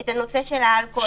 את הנושא של האלכוהול.